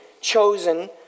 chosen